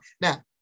Now